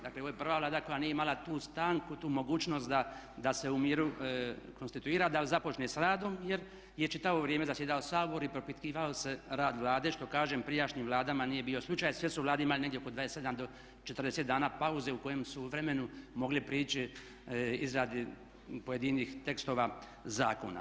Dakle ovo je prva Vlada koja nije imala tu stanku, tu mogućnost da se u miru konstituira, da započne sa radom jer je čitavo vrijeme zasjedao Sabor i propitkivao se rad Vlade što kažem s prijašnjim Vlada nije bio slučaj, sve su Vlade imale negdje oko 27 do 40 dana pauze u kojem su vremenu mogle prići izradi pojedinih tekstova zakona.